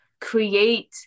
create